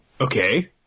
Okay